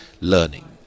learning